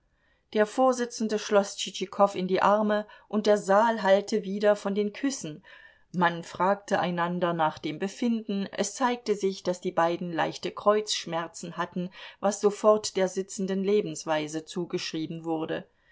der vorsitzende schloß tschitschikow in die arme und der saal hallte wider von den küssen man fragte einander nach dem befinden es zeigte sich daß die beiden leichte kreuzschmerzen hatten was sofort der sitzenden lebensweise zugeschrieben wurde